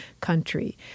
country